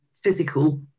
physical